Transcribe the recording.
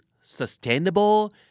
sustainable